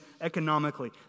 economically